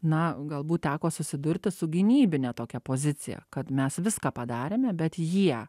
na galbūt teko susidurti su gynybine tokia pozicija kad mes viską padarėme bet jie